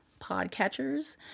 podcatchers